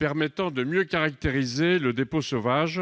Parlement afin de mieux caractériser le dépôt sauvage